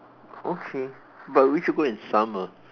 okay but we should go in summer